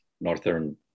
northern